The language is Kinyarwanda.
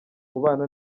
kubana